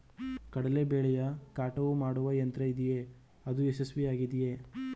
ಕಡಲೆ ಬೆಳೆಯ ಕಟಾವು ಮಾಡುವ ಯಂತ್ರ ಇದೆಯೇ? ಅದು ಯಶಸ್ವಿಯಾಗಿದೆಯೇ?